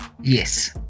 Yes